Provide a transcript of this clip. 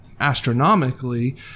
astronomically